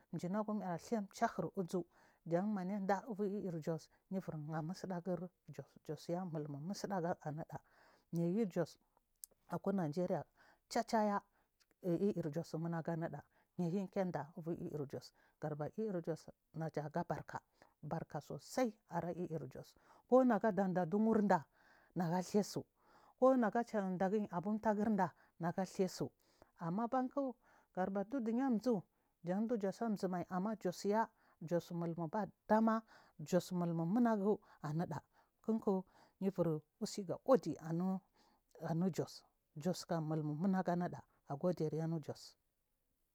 Gnagum yar sai tsaku uzu jan mayanɗa ilv ilr jos jos your liyamutsuɗagun jos ya nullmun musuɗagu annada yayi jo aku nigeria chacha it jos nunaguu ɗa nayikeda iuir jos gada bar iir jos aga barka sosa ara iir jos konagabur dea chu wurd nags thasu konaga va ukurtep nda naga saisu abaku gadama ardumulnur ammzu jan di jos amzumai jos ya jos mulnul bavama jos mulnul munagu a niɗa kiku yibur usiga uɗi anu jos jos kam nunsgu nids jos.